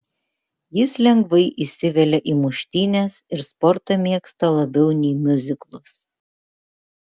jis lengvai įsivelia į muštynes ir sportą mėgsta labiau nei miuziklus